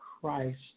Christ